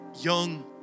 young